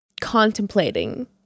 contemplating